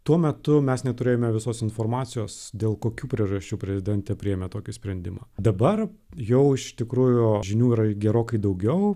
tuo metu mes neturėjome visos informacijos dėl kokių priežasčių prezidentė priėmė tokį sprendimą dabar jau iš tikrųjų žinių yra gerokai daugiau